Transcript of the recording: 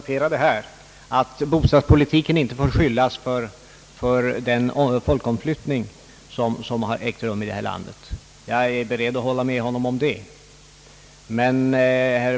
Herr talman! Herr Bertil Petersson konstaterade att man när det gäller att bedöma bostadspolitikens resultat måste ta hänsyn också till den folkomflyttning som ägt rum i vårt land. Jag är beredd att instämma med honom på den punkten.